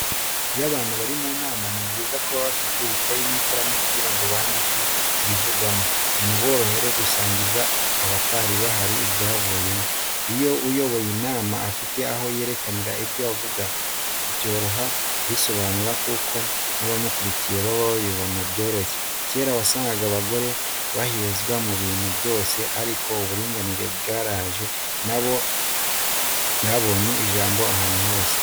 Iyo abantu bari mu nama ni byiza ko baba bafite ikayi n'ikaramu kugira ngo bandike ibivugirwamo binaborohere no gusangiza abatari bahari ibyavugiwemo, iyo uyoboye iyo nama afite aho yerekanira ibyo avuga byoroha kubisobanura kuko n'abamukurikiye baba babibona byoroshye, kera wasangaga abagore bahezwa mu bintu byose ariko uburinganire bwaraje na bo babonye ijambo ahantu hose.